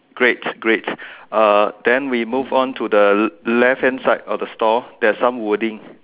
great great then we move on to the left hand side of the store there's some wording